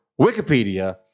wikipedia